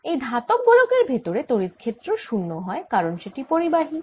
একটি ধাতব গোলকের ভেতরে তড়িৎ ক্ষেত্র 0 হয় কারণ সেটি পরিবাহী